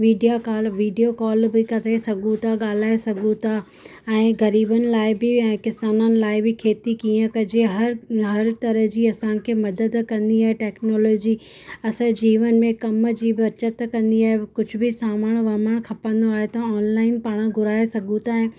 video call video call बि करे सघूं था ॻाल्हाए सघूं था ऐं ग़रीबनि लाइ बि ऐं किसाननि लाइ बि खेती कीअं कजे हर हर तरह जी असांखे मदद कंदी आहे टैक्नोलॉजी असांजे जीवन में कम जी बचति कंदी आहे कुझु बि सामानु वामान खपंदो आहे त ऑनलाइन पाण घुराए सघूं था ऐं